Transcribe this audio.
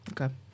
Okay